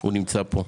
הוא נמצא כאן.